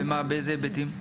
באיזה היבטים?